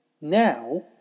now